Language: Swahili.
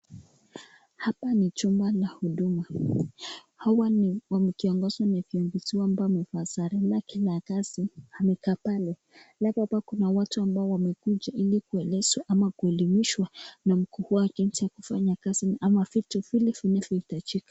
Hapa ni chumba la huduma, hawa ni watu wakiongozwa na kiongozi wao ambaye amevaa sare lake la kazi amekaa pale, halafu hapa kuna watu ambao wamekuja ili kuelezwa ama kueleimishwa na mkuu wao jinsi kufanya kazi ama vitu ile inavyohitajika.